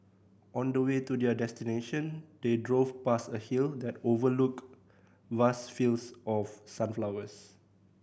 on the way to their destination they drove past a hill that overlooked vast fields of sunflowers